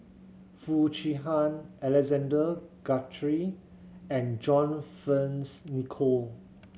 Foo Chee Han Alexander Guthrie and John Fearns Nicoll